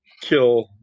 kill